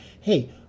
hey